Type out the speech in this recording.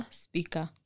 speaker